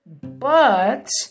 But